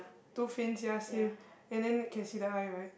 two fins sia same and then you can see the eye right